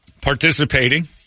participating